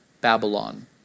Babylon